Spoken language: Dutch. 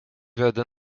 werden